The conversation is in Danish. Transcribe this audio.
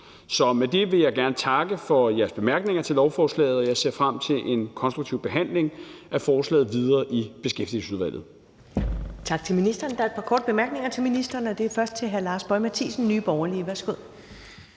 Så med det vil jeg gerne takke for jeres bemærkninger til lovforslaget, og jeg ser frem til en konstruktiv videre behandling af forslaget i Beskæftigelsesudvalget. Kl. 15:34 Første næstformand (Karen Ellemann): Tak. Der er par korte bemærkninger til ministeren, og det er først fra hr. Lars Boje Mathiesen, Nye Borgerlige. Værsgo.